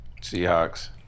Seahawks